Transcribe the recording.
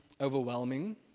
overwhelming